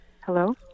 Hello